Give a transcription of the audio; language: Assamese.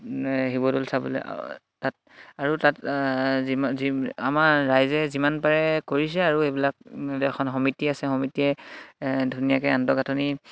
শিৱদৌল চাবলৈ তাত আৰু তাত যিমান আমাৰ ৰাইজে যিমান পাৰে কৰিছে আৰু এইবিলাক এখন সমিতি আছে সমিতিয়ে ধুনীয়াকৈ আন্তঃগাঁথনি